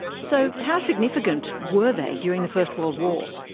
so how significant were they during the first world war?